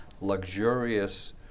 luxurious